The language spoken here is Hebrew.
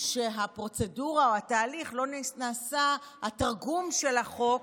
שהפרוצדורה או התהליך לא נעשו, התרגום של החוק